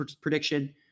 prediction